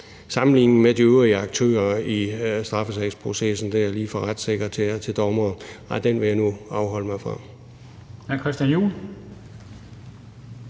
sammenligningen med de øvrige aktører i straffesagsprocessen – det er lige fra retssekretærer til dommere – vil jeg nu afholde mig fra.